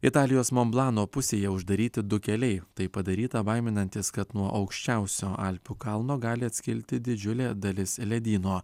italijos monblano pusėje uždaryti du keliai tai padaryta baiminantis kad nuo aukščiausio alpių kalno gali atskilti didžiulė dalis ledyno